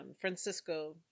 Francisco